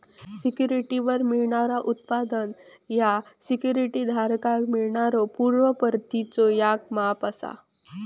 सिक्युरिटीवर मिळणारो उत्पन्न ह्या सिक्युरिटी धारकाक मिळणाऱ्यो पूर्व परतीचो याक माप असा